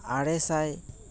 ᱟᱨᱮ ᱥᱟᱭ